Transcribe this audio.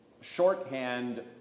shorthand